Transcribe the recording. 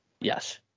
Yes